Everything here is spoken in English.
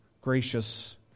gracious